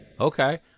Okay